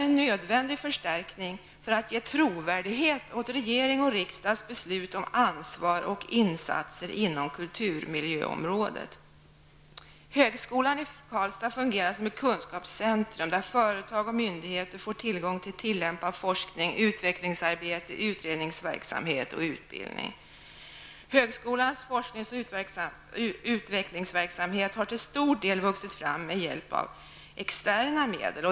En nödvändig förstärkning måste ske för att ge trovärdighet åt regeringens och riksdagens beslut om ansvar och insatser inom kulturmiljöområdet. Högskolan i Karlstad fungerar som ett kunskapscentrum där företag och myndigheter får tillgång till tillämpad forskning, utvecklingsarbete, utredningsverksamhet och utbildning. Högskolans forsknings och utvecklingsverksamhet har till stor del vuxit fram med hjälp av externa medel.